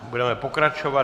Budeme pokračovat.